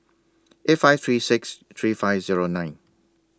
eight five three six three five Zero nine